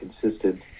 consistent